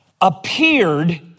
appeared